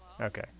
Okay